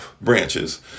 branches